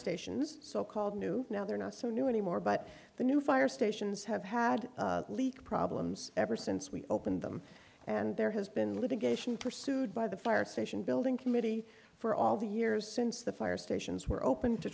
stations so called new now they're not so new anymore but the new fire stations have had leak problems ever since we opened them and there has been litigation pursued by the fire station building committee for all the years since the fire stations were opened to